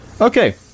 Okay